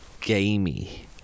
gamey